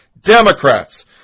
Democrats